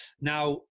now